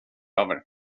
över